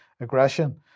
aggression